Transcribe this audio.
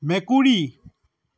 মেকুৰী